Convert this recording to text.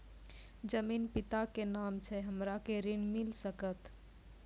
जमीन पिता जी के नाम से छै हमरा के ऋण मिल सकत?